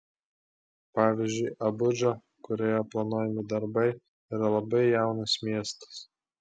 pavyzdžiui abudža kurioje planuojami darbai yra labai jaunas miestas